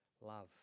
love